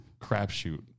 crapshoot